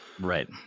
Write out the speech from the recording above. Right